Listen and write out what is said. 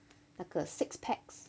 那个 six packs